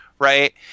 Right